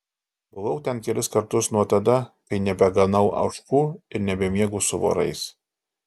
buvau ten kelis kartus nuo tada kai nebeganau ožkų ir nebemiegu su vorais